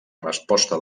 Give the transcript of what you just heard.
resposta